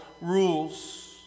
rules